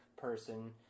person